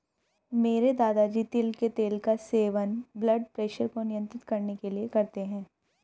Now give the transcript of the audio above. मेरे दादाजी तिल के तेल का सेवन ब्लड प्रेशर को नियंत्रित करने के लिए करते हैं